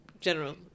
general